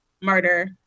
murder